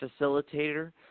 facilitator